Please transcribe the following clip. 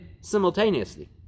simultaneously